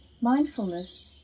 Mindfulness